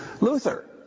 Luther